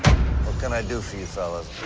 can i do for you fellas?